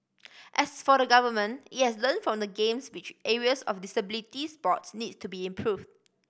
as for the Government it has learnt from the Games which areas of disabilities sports needs to be improve